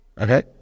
Okay